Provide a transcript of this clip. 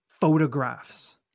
Photographs